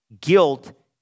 Guilt